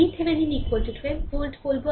সুতরাং আমি VThevenin 12 volt করব